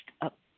up